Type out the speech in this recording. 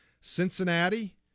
Cincinnati